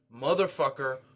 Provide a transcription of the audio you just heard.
motherfucker